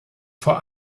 vor